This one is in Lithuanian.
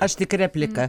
aš tik repliką